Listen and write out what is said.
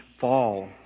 fall